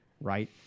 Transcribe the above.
Right